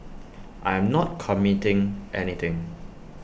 I am not committing anything